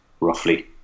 roughly